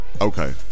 Okay